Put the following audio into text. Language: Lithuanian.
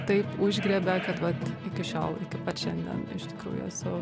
taip užgriebė kad vat iki šiol iki pat šiandien iš tikrųjų esu